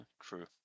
True